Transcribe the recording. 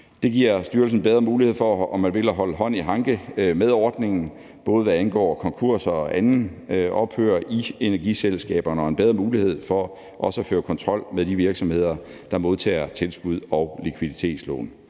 Det giver styrelsen bedre mulighed for, om man vil, at holde hånd i hanke med ordningen, både hvad angår konkurser og andet ophør i energiselskaberne, og en bedre mulighed for også at føre kontrol med de virksomheder, der modtager tilskud og likviditetslån.